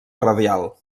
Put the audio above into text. radial